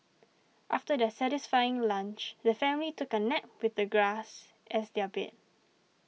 after their satisfying lunch the family took a nap with the grass as their bed